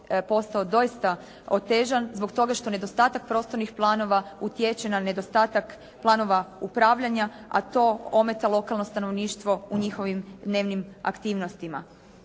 postao doista otežan zbog toga što nedostatak prostornih planova utječe na nedostatak planova upravljanja a to ometa lokalno stanovništvo u njihovim dnevnim aktivnostima.